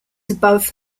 above